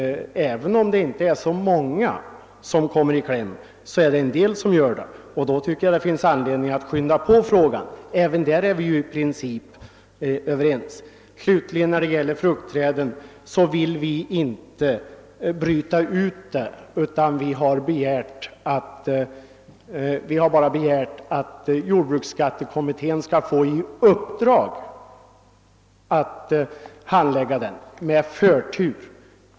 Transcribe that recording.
Även om det inte är så många som kommer i kläm är det en del som gör det, och därför finns det anledning att skynda på. På den punkten är vi ju också i princip ense. När det slutligen gäller frågan om fruktträden har vi bara begärt att jordbruksbeskattningskommittén skall få i uppdrag att handlägga den med förtur.